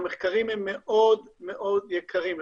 הם מאוד יקרים.